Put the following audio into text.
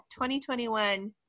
2021